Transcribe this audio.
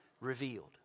revealed